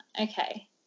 Okay